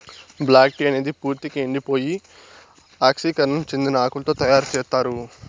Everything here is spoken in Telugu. బ్లాక్ టీ అనేది పూర్తిక ఎండిపోయి ఆక్సీకరణం చెందిన ఆకులతో తయారు చేత్తారు